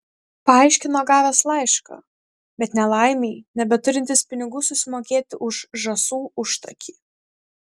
paaiškino gavęs laišką bet nelaimei nebeturintis pinigų susimokėti už žąsų užtakį